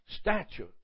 statue